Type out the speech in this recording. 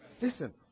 Listen